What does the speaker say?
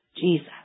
Jesus